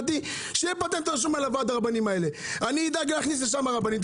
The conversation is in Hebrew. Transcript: שיהיה פטנט רשום על ועד הרבנים האלה אני אדאג להכניס לשם רבנים.